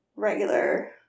regular